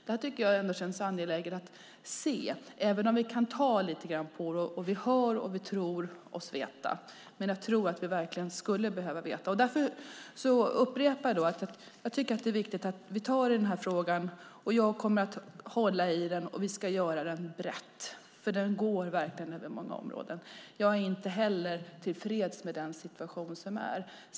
Det tycker jag känns angeläget att veta, även om vi tror oss veta. Men jag tror att vi verkligen skulle behöva veta. Jag upprepar att det är viktigt att vi tar tag i den här frågan. Jag kommer att hålla i den. Och vi ska göra den bred, för den spänner verkligen över många områden. Jag är inte heller tillfreds med den situation som är.